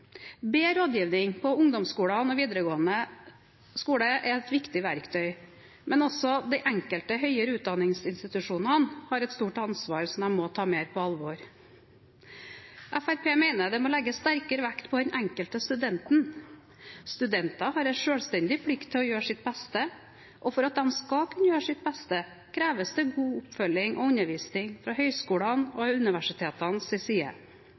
Bedre rådgivning på ungdomsskole og videregående skole er et viktig verktøy her, men også de enkelte høyere utdanningsinstitusjonene har et stort ansvar som de må ta mer på alvor. Fremskrittspartiet mener det må legges sterkere vekt på den enkelte student. Studenter har en selvstendig plikt til å gjøre sitt beste, og for at de skal kunne gjøre sitt beste, kreves det god oppfølging og undervisning fra høyskolenes og universitetenes side.